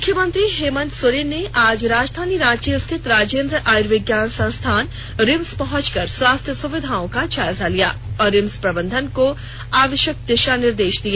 मुख्यमंत्री हेमंत सोरेन ने आज राजधानी रांची स्थित राजेद्र आयुर्विज्ञान संस्थान रिम्स पहुंचकर स्वास्थ्य सुविधाओं का जायजा लिया और रिम्स प्रबंधन को आवष्यक दिषा निर्देष दिए